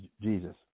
Jesus